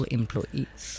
employees